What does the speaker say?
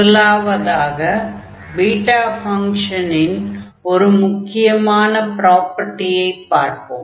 முதலாவதாக பீட்டா ஃபங்ஷனின் ஒரு முக்கியமான ப்ராப்பர்ட்டியை பார்ப்போம்